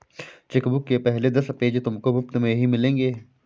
chequebook के पहले दस पेज तुमको मुफ़्त में ही मिलेंगे